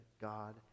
God